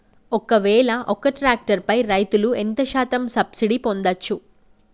ఒక్కవేల ఒక్క ట్రాక్టర్ పై రైతులు ఎంత శాతం సబ్సిడీ పొందచ్చు?